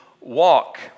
walk